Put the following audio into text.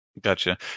Gotcha